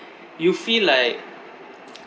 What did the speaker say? you feel like